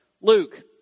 Luke